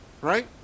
right